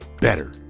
better